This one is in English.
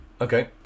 Okay